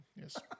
Yes